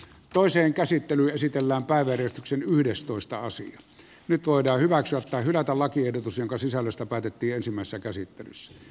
toisen käsittely esitellään päiväjärjestyksen yhdestoista asia nyt voidaan hyväksyä tai hylätä lakiehdotus jonka sisällöstä päätettiin ensimmäisessä käsittelyssä